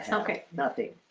so okay, nothing.